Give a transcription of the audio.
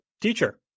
teacher